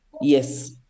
Yes